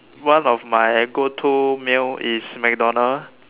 one of my go to meal is MacDonald's